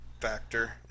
factor